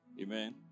Amen